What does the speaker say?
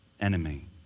enemy